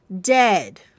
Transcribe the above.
dead